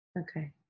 okay